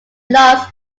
lost